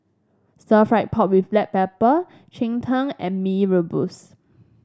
Stir Fried Pork with Black Pepper Cheng Tng and Mee Rebus